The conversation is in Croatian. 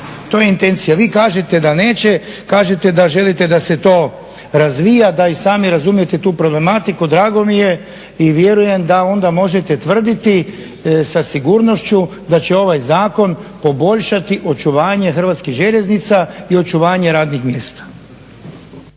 To je intencija. Vi kažete da neće, kažete da želite da se to razvija da i sami razumijete tu problematiku, drago mi je. I vjerujem da onda možete tvrditi sa sigurnošću da će ovaj zakon poboljšati očuvanje Hrvatskih željeznica i očuvanje radnih mjesta.